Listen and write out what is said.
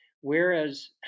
Whereas